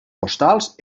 postals